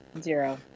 Zero